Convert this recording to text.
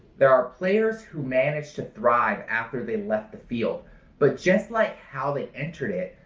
there are players who managed to thrive after they left the field but just like how they entered it,